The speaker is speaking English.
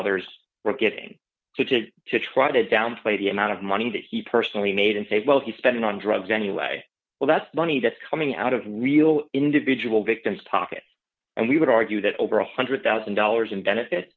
others were getting to to to try to downplay the amount of money that he personally made and say well if you spend it on drugs anyway well that's money that's coming out of real individual victims pockets and we would argue that over one hundred thousand dollars in benefit